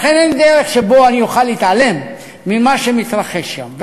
לכן, אין דרך שבה אני אוכל להתעלם ממה שמתרחש שם.